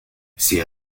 ces